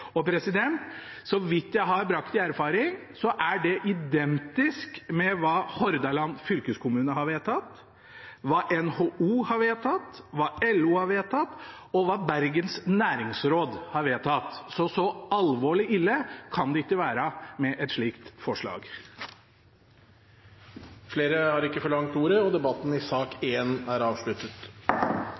så vidt jeg har brakt i erfaring, er det identisk med hva Hordaland fylkeskommune har vedtatt, hva NHO har vedtatt, hva LO har vedtatt, og hva Bergens Næringsråd har vedtatt – så så alvorlig ille kan det ikke være med et slikt forslag. Flere har ikke bedt om ordet til sak nr. 1. Etter ønske fra transport- og